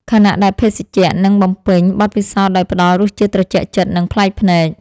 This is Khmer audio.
ខណៈដែលភេសជ្ជៈនឹងបំពេញបទពិសោធន៍ដោយផ្តល់រសជាតិត្រជាក់ចិត្ត និងប្លែកភ្នែក។